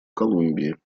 колумбии